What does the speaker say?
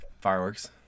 Fireworks